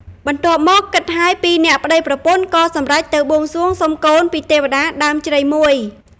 បន្ទាប់ពី គិតហើយពីរនាក់ប្ដីប្រពន្ធក៏សម្រេចទៅបួងសួងសុំកូនពីរទេវតាដើមជ្រៃមួយ។